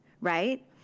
right